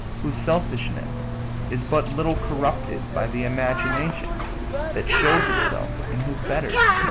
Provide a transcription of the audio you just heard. whose selfishness is but little corrupted by the imagination that shows itself in his betters.